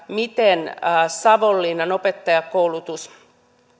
miten savonlinnan opettajakoulutus